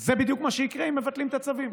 זה בדיוק מה שיקרה אם מבטלים את הצווים.